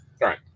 Right